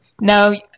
No